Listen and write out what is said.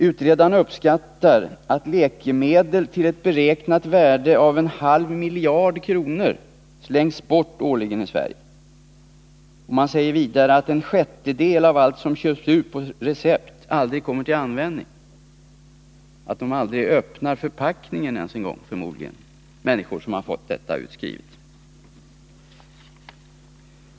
Utredarna uppskattar att läkemedel till ett beräknat värde av en halv miljard kronor slängs bort årligen i Sverige. Man säger vidare att en sjättedel av allt det som köps ut på recept aldrig kommer till användning, att de människor som har fått dessa läkemedel utskrivna förmodligen aldrig ens öppnar förpackningen.